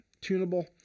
tunable